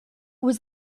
was